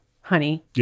honey